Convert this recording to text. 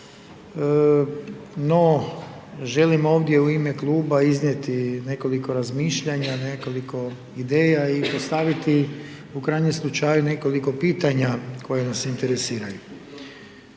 no želim ovdje u ime kluba iznijeti nekoliko razmišljanja, nekoliko ideja i postaviti, u krajnjem slučaju nekoliko pitanja koja nas interesiraju.